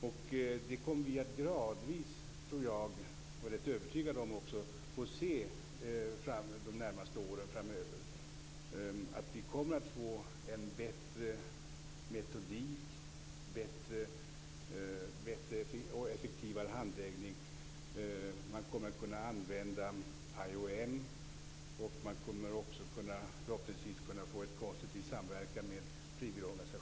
Jag är rätt övertygad om att vi under de närmaste åren framöver gradvis kommer att få se en bättre metodik och en effektivare handläggning. Man kommer att kunna anlita IOM, och man kommer förhoppningsvis också att kunna få en konstruktiv samverkan med frivilligorganisationer.